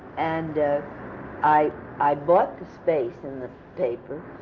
and i i bought the space in the paper,